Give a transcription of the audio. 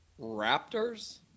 Raptors